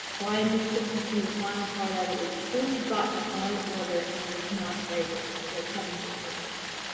bryan just took you through the final part of it. let's assume that you've gotten the final order and it's not favorable, they're cutting your service.